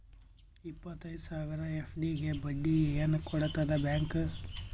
ಇಪ್ಪತ್ತೈದು ಸಾವಿರ ಎಫ್.ಡಿ ಗೆ ಬಡ್ಡಿ ಏನ ಕೊಡತದ ಬ್ಯಾಂಕ್?